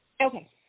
Okay